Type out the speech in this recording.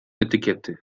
etykiety